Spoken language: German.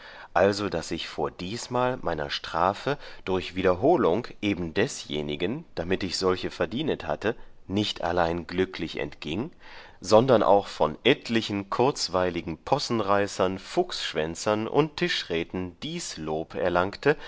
also daß ich vor diesmal meiner strafe durch wiederholung eben desjenigen damit ich solche verdienet hatte nicht allein glücklich entgieng sondern auch von etlichen kurzweiligen possenreißern fuchsschwänzern und tischräten dies lob erlangte